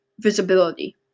visibility